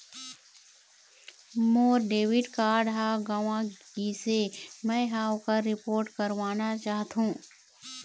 मोर debit card ह गंवा गिसे, मै ह ओकर रिपोर्ट करवाना चाहथों